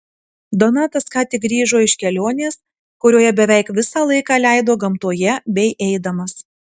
donatas ką tik grįžo iš kelionės kurioje beveik visą laiką leido gamtoje bei eidamas